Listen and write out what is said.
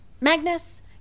Magnus